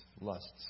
lusts